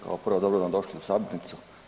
Kao prvo, dobro nam došli u sabornicu.